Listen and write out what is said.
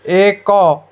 ଏକ